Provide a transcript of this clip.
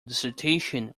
dissertation